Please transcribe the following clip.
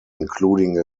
including